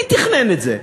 מי תכנן את זה?